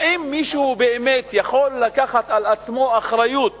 האם מישהו באמת יכול לקחת על עצמו אחריות